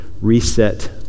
reset